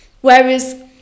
Whereas